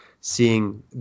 seeing